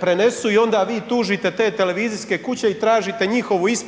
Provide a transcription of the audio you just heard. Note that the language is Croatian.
prenesu i onda vi tužite te televizijske kuće i tražite njihovu ispriku